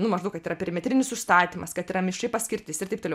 nu maždaug kad yra perimetrinis užstatymas kad yra mišri paskirtis ir taip toliau